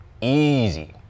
Easy